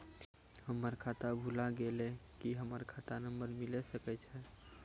हमर खाता भुला गेलै, की हमर खाता नंबर मिले सकय छै?